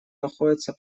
находится